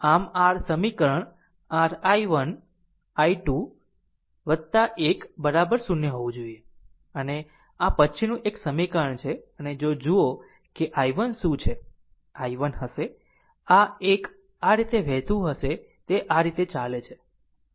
આમ r સમીકરણ r i1 i 2 1 બરાબર 0 હોવું જોઈએ આ પછીનું એક સમીકરણ છે અને જો જુઓ કે i1 શું છે i1 હશે આ 1 આ રીતે વહેતું હશે તે આ રીતે ચાલે છે